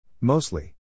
Mostly